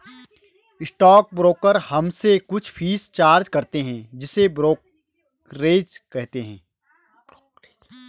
stock broker हमसे कुछ fees charge करते हैं जिसे ब्रोकरेज कहते हैं